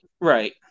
right